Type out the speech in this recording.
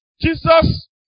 Jesus